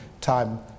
time